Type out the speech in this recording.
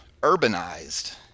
urbanized